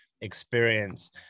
experience